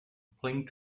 playing